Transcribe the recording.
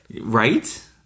right